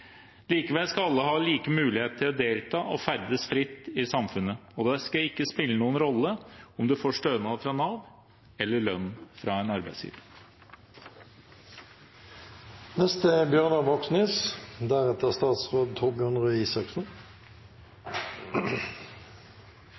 Likevel skal alle ha like muligheter til å delta og ferdes fritt i samfunnet, og det skal ikke spille noen rolle om man får stønad fra Nav eller lønn fra en